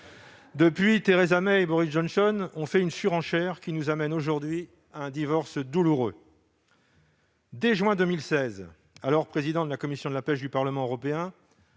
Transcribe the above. Depuis, Theresa May et Boris Johnson sont entrés dans une surenchère qui nous amène aujourd'hui à un divorce douloureux. Dès juin 2016, alors président de la commission de la pêche du Parlement européen,